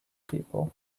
people